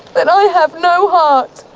that i have no heart,